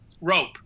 rope